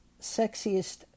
sexiest